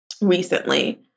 recently